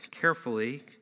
carefully